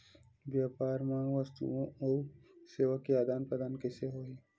व्यापार मा वस्तुओ अउ सेवा के आदान प्रदान कइसे होही?